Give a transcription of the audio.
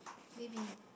baby